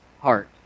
heart